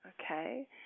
Okay